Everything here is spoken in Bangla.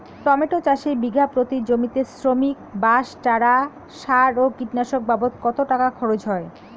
টমেটো চাষে বিঘা প্রতি জমিতে শ্রমিক, বাঁশ, চারা, সার ও কীটনাশক বাবদ কত টাকা খরচ হয়?